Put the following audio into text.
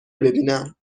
ببینم